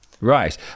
Right